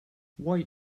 why